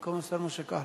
במקום השר משה כחלון.